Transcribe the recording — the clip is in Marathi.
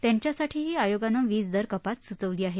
त्यांच्यासाठीही आयोगानं वीज दर कपात स्चवली आहे